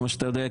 כמו שאתה יודע,